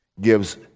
gives